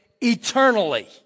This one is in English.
Eternally